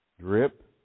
drip